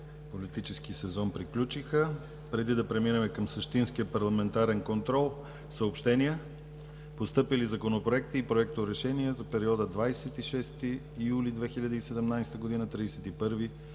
политически сезон приключиха. Преди да преминем към същинския парламентарен контрол – съобщения. Постъпили законопроекти и проекторешения за периода 26 юли 2017 г. – 31 август